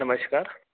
नमस्कार